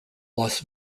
las